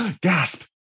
Gasp